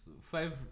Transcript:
five